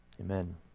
Amen